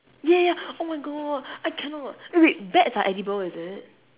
ya ya oh my god I cannot eh wait bats are edible is it